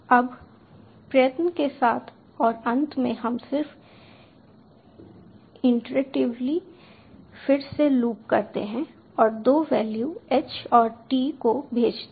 अब प्रयत्न के साथ और अंत मे हम सिर्फ इटरेटिवली फिर से लूप करते हैं और दो वैल्यू h और t को भेजते हैं